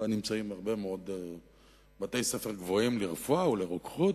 ונמצאים בה הרבה מאוד בתי-ספר גבוהים לרפואה ולרוקחות.